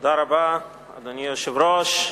אדוני היושב-ראש,